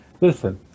listen